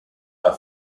are